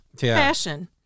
Fashion